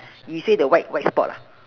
you say the white white spot ah